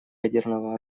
ядерного